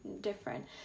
different